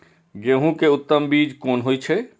गेंहू के उत्तम बीज कोन होय छे?